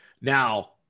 Now